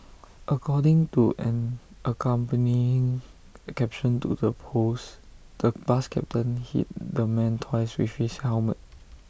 according to an accompanying caption to the post the bus captain hit the man twice with his helmet